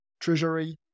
treasury